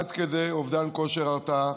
עד כדי אובדן כושר הרתעה.